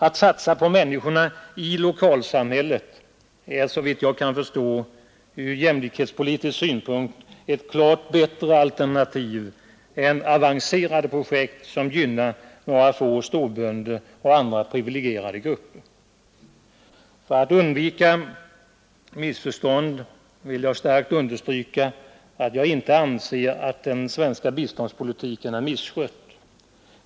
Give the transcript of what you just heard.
Att satsa på människorna i lokalsamhället måste ur jämlikhetspolitisk synpunkt vara ett klart bättre alternativ än avancerade projekt som gynnar några få storbönder och andra privilegierade grupper. För att undvika missförstånd vill jag starkt understryka att jag inte anser att den svenska biståndspolitiken är misskött.